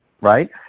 right